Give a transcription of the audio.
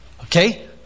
Okay